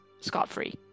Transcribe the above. scot-free